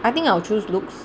I think I will choose looks